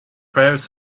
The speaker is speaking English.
prayers